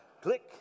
click